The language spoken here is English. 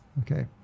okay